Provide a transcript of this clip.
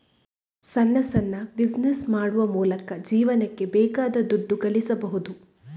ಸಣ್ಣ ಸಣ್ಣ ಬಿಸಿನೆಸ್ ಮಾಡುವ ಮೂಲಕ ಜೀವನಕ್ಕೆ ಬೇಕಾದ ದುಡ್ಡು ಗಳಿಸ್ಬಹುದು